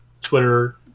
Twitter